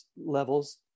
levels